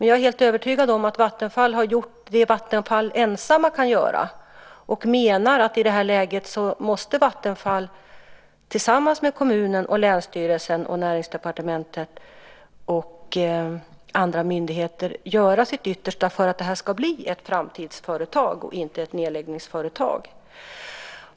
Jag är helt övertygad om att Vattenfall har gjort det Vattenfall ensamt kan göra och menar att i det här läget måste Vattenfall tillsammans med kommunen, länsstyrelsen, Näringsdepartementet och andra myndigheter göra sitt yttersta för att det här ska bli ett framtidsföretag och inte ett nedläggningsföretag.